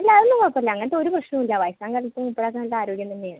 ഇല്ല അതൊന്നും കുഴപ്പമില്ല അങ്ങനത്തെ ഒരു പ്രശ്നമില്ല വയസാകാലത്തും ഇപ്പോഴും നല്ല ആരോഗ്യം തന്നെയാണ്